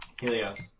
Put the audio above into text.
Helios